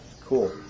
cool